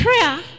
prayer